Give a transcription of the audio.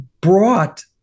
brought